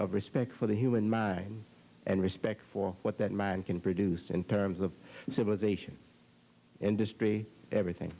of respect for the human mind and respect for what that man can produce in terms of civilization industry everything